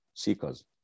seekers